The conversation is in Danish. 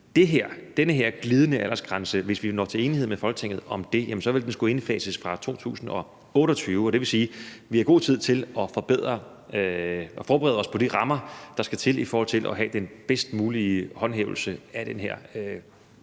den her glidende aldersgrænse, ville den skulle indfases fra 2028, og det vil sige, at vi har god tid til at forberede os på de rammer, der skal til i forhold til at have den bedst mulige håndhævelse af det her